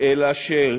אלא כל,